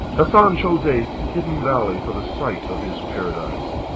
hasan chose a hidden valley for the site of his paradise,